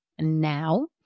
now